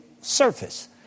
surface